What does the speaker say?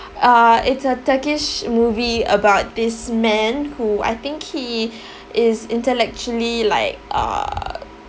uh it's a turkish movie about this man who I think he is intellectually like uh